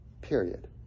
Period